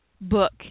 book